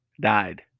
died